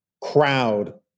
crowd